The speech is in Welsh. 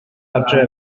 adre